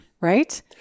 Right